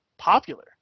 popular